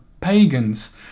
pagans